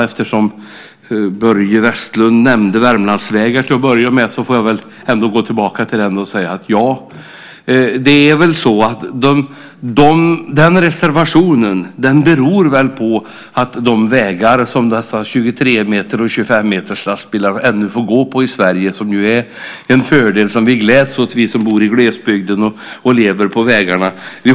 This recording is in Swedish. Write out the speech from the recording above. Eftersom Börje Vestlund nämnde Värmlandsvägar får jag gå tillbaka till frågan. Reservationen beror väl på de vägar som dessa 23-meters och 25-meterslastbilar ännu får gå på i Sverige - en fördel som vi i glesbygden och lever på vägarna gläds åt.